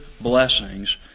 blessings